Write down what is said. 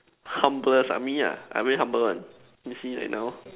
humblest ah me ah I very humble one you see like now